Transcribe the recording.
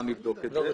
לבדוק את זה.